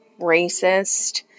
racist